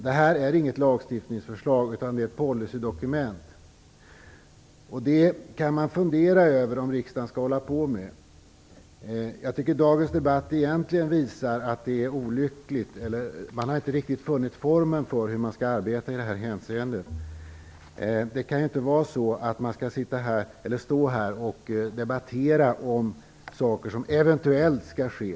Det här är inget lagstiftningsförslag utan ett policydokument. Man kan fundera över om riksdagen skall hålla på med detta. Jag tycker att dagens debatt visar att det är olyckligt. Man har inte riktigt funnit formen för hur man skall arbeta i det här hänseendet. Det kan inte vara så att man skall stå här och debattera saker som eventuellt skall ske.